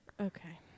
Okay